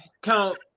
count